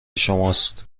شماست